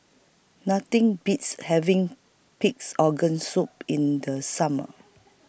Nothing Beats having Pig'S Organ Soup in The Summer